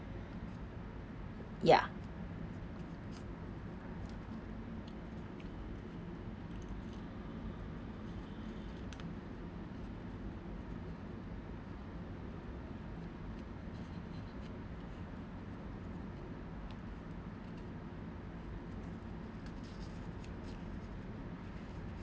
ya